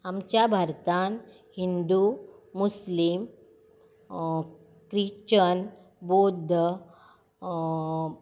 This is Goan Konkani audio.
आमच्या भारतांत हिंदू मुसलीम क्रिश्चन बौद्ध